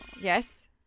Yes